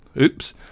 Oops